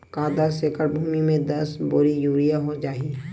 का दस एकड़ भुमि में दस बोरी यूरिया हो जाही?